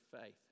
faith